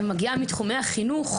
מגיעה מתחומי החינוך,